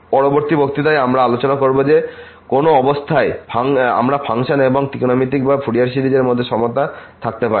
পরবর্তী বক্তৃতায় আমরা আলোচনা করব যে কোন অবস্থায় আমরা ফাংশন এবং এর ত্রিকোণমিতিক বা ফুরিয়ার সিরিজের মধ্যে সমতা থাকতে পারি